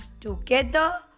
Together